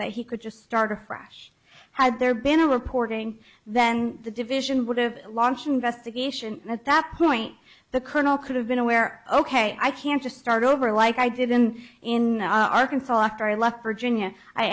that he could just start afresh had there been a reporting then the division would have launched an investigation at that point the colonel could have been aware ok i can't just start over like i did in in arkansas after i left for ginia i